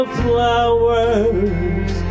flowers